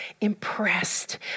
impressed